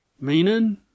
Meaning